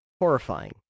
horrifying